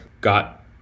got